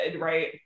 right